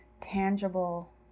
tangible